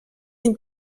une